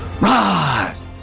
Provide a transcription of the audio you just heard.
rise